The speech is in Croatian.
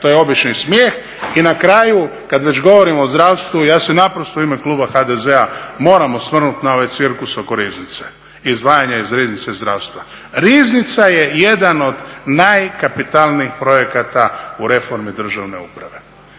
to je obični smijeh. I na kraju, kad već govorim o zdravstvu, ja se naprosto u ime kluba HDZ-a moram osvrnuti na ovaj cirkus oko riznice, izdvajanje iz riznice zdravstva. Riznica je jedan od najkapitalnijih projekata u reformi državne uprave,